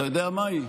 אתה יודע מהי?